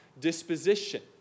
disposition